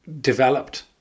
developed